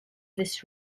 this